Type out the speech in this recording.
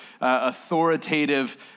authoritative